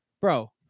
bro